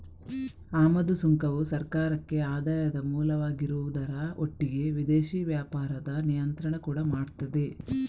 ಆಮದು ಸುಂಕವು ಸರ್ಕಾರಕ್ಕೆ ಆದಾಯದ ಮೂಲವಾಗಿರುವುದರ ಒಟ್ಟಿಗೆ ವಿದೇಶಿ ವ್ಯಾಪಾರದ ನಿಯಂತ್ರಣ ಕೂಡಾ ಮಾಡ್ತದೆ